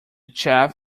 chef